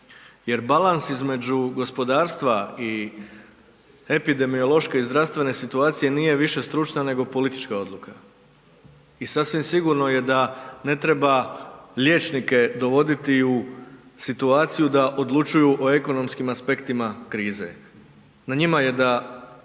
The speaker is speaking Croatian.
balans između gospodarstva i epidemiološke i zdravstvene situacije nije više stručna nego politička odluka. I sasvim sigurno je da ne treba liječnike dovoditi u situaciju da odlučuju o ekonomskim aspektima krize. Na njima je da